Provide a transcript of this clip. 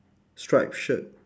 striped shirt